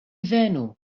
venu